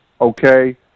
okay